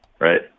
right